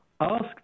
asked